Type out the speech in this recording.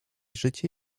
życie